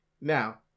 Now